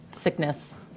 sickness